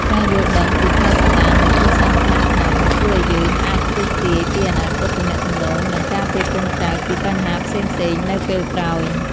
ការយល់ដឹងពីផៅសន្តាននៃគ្រួសារម្ខាងៗ នឹងជួយឱ្យយើងអាចទស្សន៍ទាយពីអនាគតទំនាក់ទំនង និងការពារកូនចៅពីបញ្ហាផ្សេងៗនៅពេលក្រោយ។